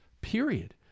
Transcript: period